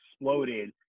exploded